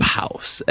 house